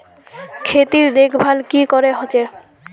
खेतीर देखभल की करे होचे?